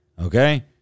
Okay